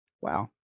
wow